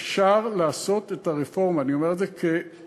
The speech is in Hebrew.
אפשר לעשות את הרפורמה, אני אומר את זה כקביעה.